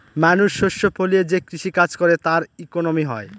মানুষ শস্য ফলিয়ে যে কৃষি কাজ করে তার ইকোনমি হয়